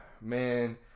man